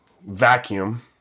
vacuum